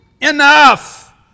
Enough